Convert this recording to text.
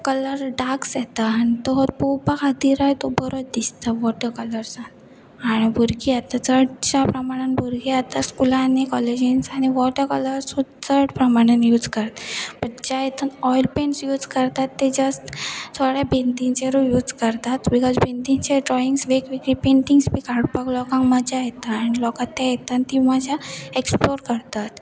colour darks येता आनी तो पळोवपा खातीर तो बरो दिसता वॉटर कलर्सान आनी भुरगीं आतां चडश्या प्रमाणान भुरगीं आतां स्कुला आनी कॉलेजीस आनी वॉटर कलर्स चड प्रमाणान यूज करतात बट जे हितून ऑयल पेंट्स यूज करतात ते जस्ट थोड्या बिंतींचेरूय यूज करतात बिकॉज बिंतीचे ड्रॉइंग्स वेगवेगळी पेंटिंग्स बी काडपाक लोकांक मजा येता आनी लोकां ते हितून ती मजा एक्सप्लोर करतात